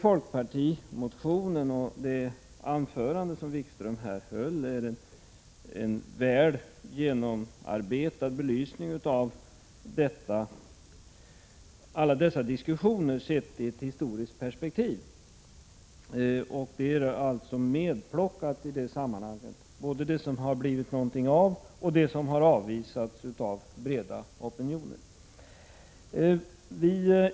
Folkpartimotionen och det anförande som Jan-Erik Wikström höll är en väl genomarbetad belysning av alla dessa diskussioner sedda i ett historiskt perspektiv. Både förslag som det har blivit något av och förslag som har avvisats av breda folkopinioner har tagits med.